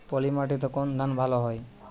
পলিমাটিতে কোন ধান ভালো হয়?